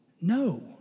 No